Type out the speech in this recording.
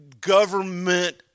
government